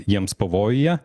jiems pavojuje